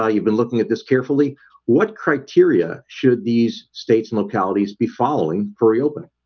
ah you've been looking at this carefully what criteria should these states and localities be following for reopening?